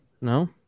no